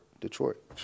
Detroit